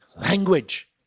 Language